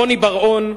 רוני בר-און,